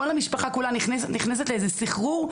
כל המשפחה כולה נכנסת לאיזה סחרור,